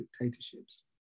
dictatorships